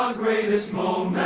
um greatest moment